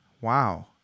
wow